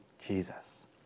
Jesus